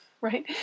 right